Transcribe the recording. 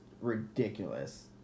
ridiculous